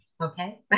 okay